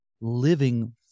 living